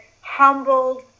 humbled